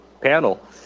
panel